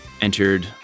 entered